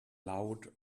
loud